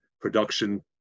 production